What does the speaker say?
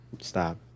Stop